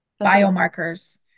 biomarkers